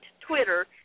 Twitter